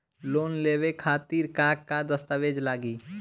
Loan लेवे खातिर का का दस्तावेज लागी?